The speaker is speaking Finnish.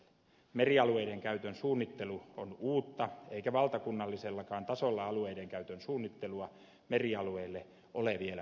merialueiden käytön suunnittelu on uutta eikä valtakunnallisellakaan tasolla alueiden käytön suunnittelua merialueille ole vielä tehty